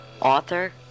author